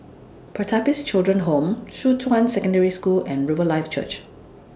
Pertapis Children Home Shuqun Secondary School and Riverlife Church